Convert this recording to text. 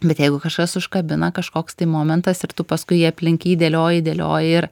bet jeigu kažkas užkabina kažkoks tai momentas ir tu paskui jį aplink jį dėlioji dėlioji ir